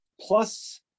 plus